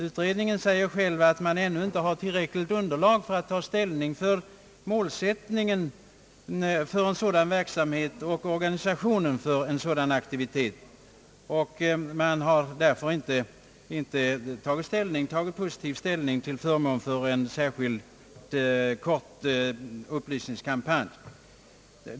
Utredningen säger själv, att man ännu inte har tillräckligt underlag att ta ställning till målsättningen för en sådan verksamhet och organisationen för en sådan aktivitet. Utredningen har därför inte tagit positiv ställning till en särskild kort upplysningskampanj.